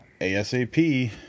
asap